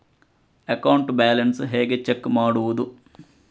Account balance ಹೇಗೆ check ಮಾಡುವುದು?